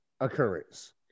occurrence